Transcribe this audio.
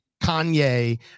Kanye